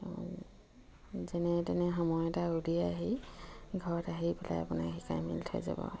যেনে তেনে সময় এটা উলিয়াই আহি ঘৰত আহি পেলাই আপোনাৰ শিকাই মেলি থৈ যাব